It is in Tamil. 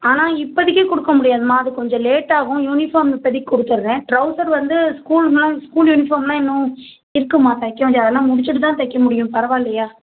ஆனால் இப்போதிக்கி கொடுக்க முடியாதும்மா அது கொஞ்சம் லேட் ஆகும் யூனிஃபார்ம் இப்பதைக்கி கொடுத்துர்றேன் ட்ரவுசர் வந்து ஸ்கூல் ந ஸ்கூல் யூனிஃபார்ம்லாம் இன்னும் இருக்குதும்மா தைக்க வேண்டியது அதெல்லாம் முடிச்சிட்டு தான் தைக்க முடியும் பரவாயில்லயா